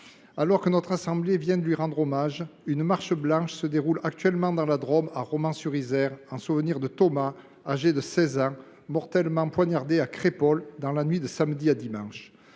Alors que notre assemblée vient de lui rendre hommage, une marche blanche se déroule actuellement dans la Drôme, à Romans sur Isère, en souvenir de Thomas, âgé de 16 ans, mortellement poignardé à Crépol, dans la nuit de samedi à dimanche.